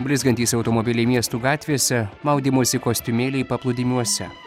blizgantys automobiliai miestų gatvėse maudymosi kostiumėliai paplūdimiuose